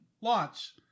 Launch